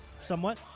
Somewhat